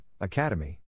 academy